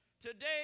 Today